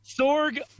Sorg